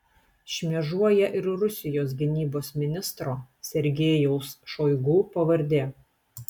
šmėžuoja ir rusijos gynybos ministro sergejaus šoigu pavardė